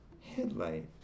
headlight